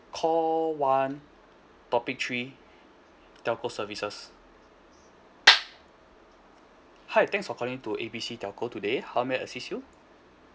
call one topic three telco services hi thanks for calling to A B C telco today how may I assist you